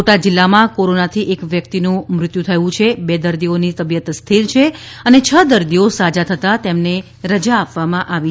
બોટાદ જિલ્લામાં કોરોનાથી એક વ્યક્તિનું મૃત્યુ થયું છે બે દર્દીઓને તબિયત સ્થિર છે અને છ દર્દીઓ સાજા થતાં તેમણે રજા આપવામાં આવી છે